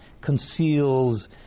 conceals